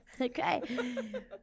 Okay